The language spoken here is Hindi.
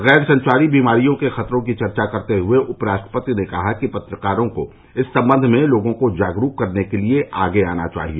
गैर संचारी बीमारियों के खतरों की चर्चा करते हुए उपराष्ट्रपति ने कहा कि पत्रकारों को इस संबंध में लोगों को जागरूक करने के लिए आगे आना चाहिए